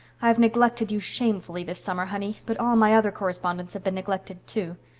i've neglected you shamefully this summer, honey, but all my other correspondents have been neglected, too.